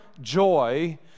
joy